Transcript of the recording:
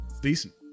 Decent